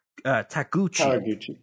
Takuchi